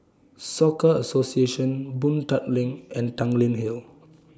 Soka Association Boon Tat LINK and Tanglin Hill